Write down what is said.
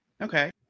Okay